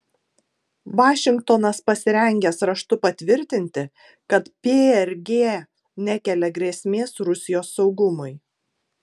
vašingtonas pasirengęs raštu patvirtinti kad prg nekelia grėsmės rusijos saugumui